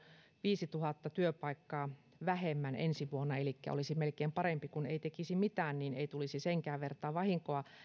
viisituhatta työpaikkaa vähemmän ensi vuonna elikkä olisi melkein parempi kun ei tekisi mitään niin ei tulisi senkään vertaa vahinkoa